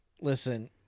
Listen